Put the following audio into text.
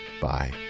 Bye